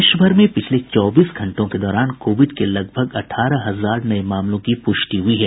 देश भर में पिछले चौबीस घंटों के दौरान कोविड के लगभग अठारह हजार नये मामलों की पूष्टि हुई है